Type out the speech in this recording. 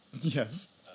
Yes